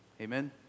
Amen